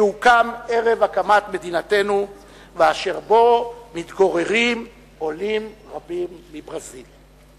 שהוקם ערב הקמת המדינה ואשר בו מתגוררים עולים רבים מברזיל.